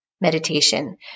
meditation